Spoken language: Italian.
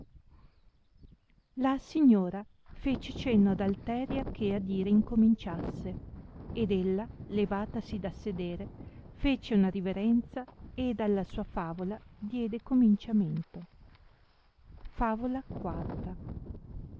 la signora fece cenno ad alteria che a dire incominciasse ed ella levatasi da sedere fece una riverenza ed alla sua favola diede cominciamento favola